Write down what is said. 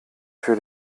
für